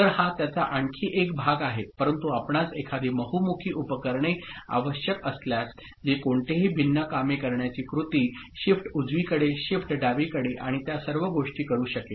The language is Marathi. तर हा त्याचा आणखी एक भाग आहे परंतु आपणास एखादे बहुमुखी उपकरणे आवश्यक असल्यास जे कोणतेही भिन्न कामे करण्याची कृती शिफ्ट उजवीकडे शिफ्ट डावीकडे आणि त्या सर्व गोष्टी करू शकेल